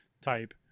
type